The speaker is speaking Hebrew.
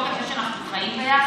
מתוקף זה שאנחנו חיים יחד,